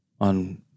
on